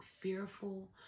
fearful